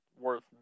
worth